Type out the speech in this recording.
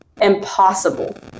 impossible